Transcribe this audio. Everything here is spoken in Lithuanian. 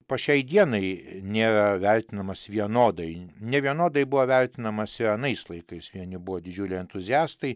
po šiai dienai nėra vertinamas vienodai nevienodai buvo vertinamas ir anais laikais vieni buvo didžiuliai entuziastai